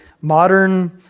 modern